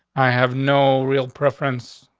i have no real preference.